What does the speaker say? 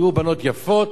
היו בנות יפות,